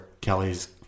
Kelly's